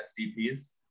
SDPs